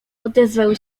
odezwał